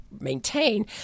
maintain